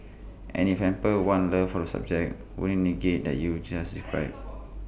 and if hampers one's love for the subject wouldn't IT negate that you've just described